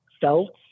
felt